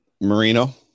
Marino